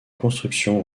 construction